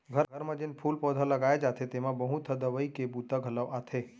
घर म जेन फूल पउधा लगाए जाथे तेमा बहुत ह दवई के बूता घलौ आथे